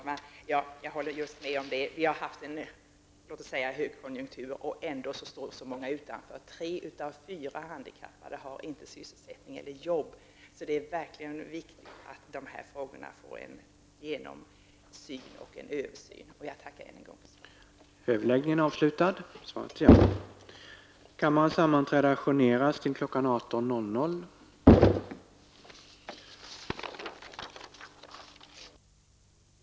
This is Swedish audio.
Herr talman! Jag håller med om det. Vi har nu haft en högkonjunktur, och ändå står så många utanför arbetsmarknaden. Tre av fyra handikappade har inte något arbete. Det är därför viktigt att dessa frågor blir föremål för översyn och blir genomlysta. Tack än en gång för svaret.